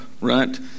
right